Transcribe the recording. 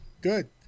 Good